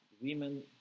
women